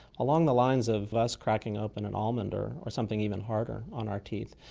along the lines of us cracking up and an almond or or something even harder on our teeth.